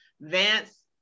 Vance